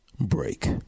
break